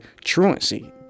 truancy